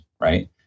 right